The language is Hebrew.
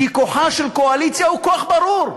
כי כוחה של קואליציה הוא כוח ברור,